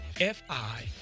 F-I